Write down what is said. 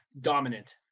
dominant